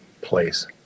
place